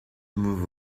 move